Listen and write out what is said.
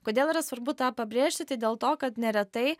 kodėl yra svarbu tą pabrėžti tai dėl to kad neretai